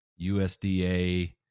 USDA